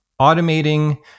Automating